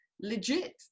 legit